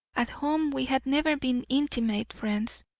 at home we had never been intimate friends.